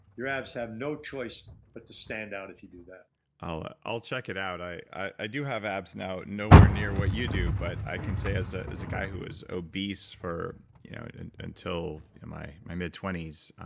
your abs have no choice but to stand out if you do that i'll i'll check it out. i i do have abs now, nowhere near what you do but i can say as ah as a guy who was obese for and until and my my mid twenty s,